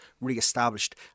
re-established